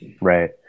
right